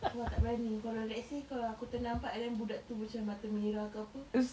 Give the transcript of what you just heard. tu ah tak berani kalau let's say kalau aku ternampak and then budak tu macam mata merah ke apa